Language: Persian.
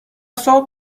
صبح